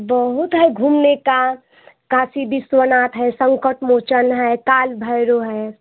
बहुत है घूमने का काशी विश्वनाथ है संकट मोचन है काल भैरव है